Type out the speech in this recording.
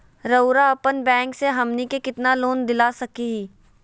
रउरा अपन बैंक से हमनी के कितना लोन दिला सकही?